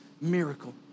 miracle